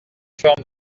forme